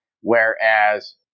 whereas